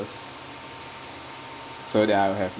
us so that I'll have